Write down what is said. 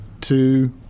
two